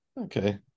Okay